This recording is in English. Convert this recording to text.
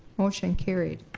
motion carried.